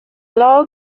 law